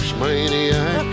maniac